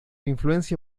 influencia